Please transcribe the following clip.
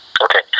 okay